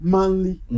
Manly